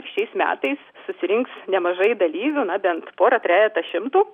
šiais metais susirinks nemažai dalyvių na bent pora trejeta šimtų